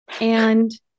And-